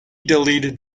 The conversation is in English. deleted